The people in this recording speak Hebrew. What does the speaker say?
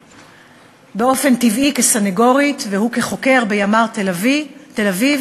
באופן טבעי כסנגורית והוא כחוקר בימ"ר תל-אביב.